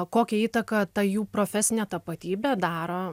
kokią įtaką ta jų profesinė tapatybė daro